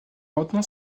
retenant